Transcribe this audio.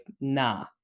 nah